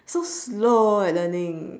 so slow at learning